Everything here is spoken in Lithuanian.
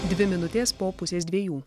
dvi minutės po pusės dviejų